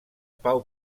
pau